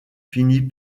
finit